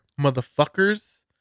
motherfuckers